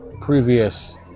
previous